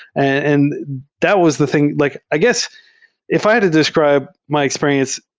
and that was the thing like i guess if i had to describe my experience,